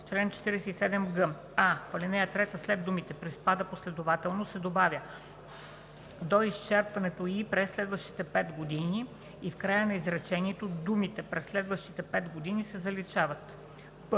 чл. 47г : а) В ал. 3 след думите „приспада последователно“ се добавя „до изчерпването ѝ през следващите 5 години“ и в края на изречението думите „през следващите 5 години“ се заличават. б)